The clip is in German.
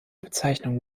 bezeichnung